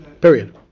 Period